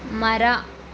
ಮರ